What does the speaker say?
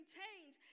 change